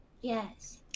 Yes